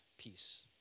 peace